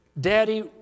Daddy